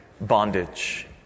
bondage